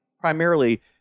primarily